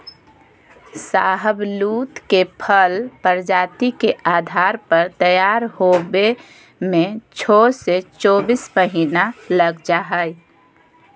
शाहबलूत के फल प्रजाति के आधार पर तैयार होवे में छो से चोबीस महीना लग जा हई